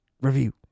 review